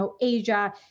Asia